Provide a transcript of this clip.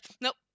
nope